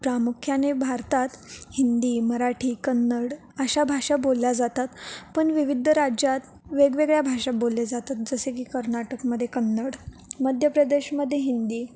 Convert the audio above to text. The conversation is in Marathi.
प्रामुख्याने भारतात हिंदी मराठी कन्नड अशा भाषा बोलल्या जातात पण विविध राज्यात वेगवेगळ्या भाषा बोलले जातात जसे की कर्नाटकमध्ये कन्नड मध्य प्रदेशमध्ये हिंदी